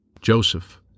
Joseph